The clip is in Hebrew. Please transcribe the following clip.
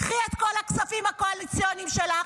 קחי את כל הכספים הקואליציוניים שלך,